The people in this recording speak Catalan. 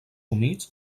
humits